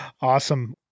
awesome